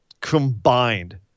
combined